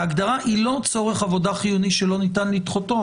ההגדרה היא לא צורך עבודה חיוני שלא ניתן לדחותו.